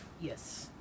yes